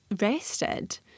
rested